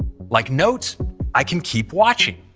like notes i can keep watching.